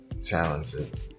talented